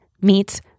meets